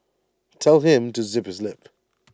tell him to zip his lip